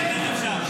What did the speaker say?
חבר הכנסת שקלים,